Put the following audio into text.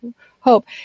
hope